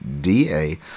da